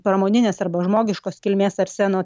pramoninės arba žmogiškos kilmės arseno